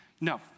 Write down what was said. No